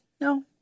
No